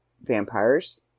vampires